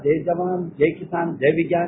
जय जवान जय किसान जय विज्ञान